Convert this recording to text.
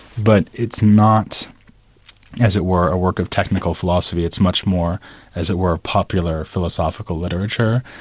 but it's not as it were, a work of technical philosophy, it's much more as it were, popular philosophical literature.